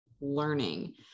learning